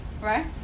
right